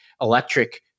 electric